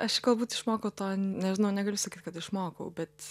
aš galbūt išmokau to nežinau negaliu sakyt kad išmokau bet